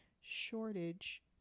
shortage